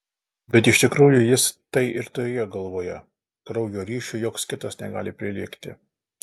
bet iš tikrųjų jis tai ir turėjo galvoje kraujo ryšiui joks kitas negali prilygti